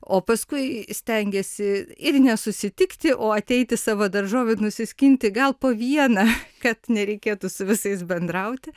o paskui stengiasi ir nesusitikti o ateiti savo daržovių nusiskinti gal po vieną kad nereikėtų su visais bendrauti